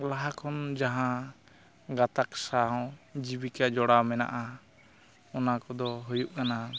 ᱞᱟᱦᱟᱠᱷᱚᱱ ᱡᱟᱦᱟᱸ ᱜᱟᱛᱟᱠ ᱥᱟᱶ ᱡᱤᱵᱤᱠᱟ ᱡᱚᱲᱟᱣ ᱢᱮᱱᱟᱜᱼᱟ ᱚᱱᱟ ᱠᱚᱫᱚ ᱦᱩᱭᱩᱜ ᱠᱟᱱᱟ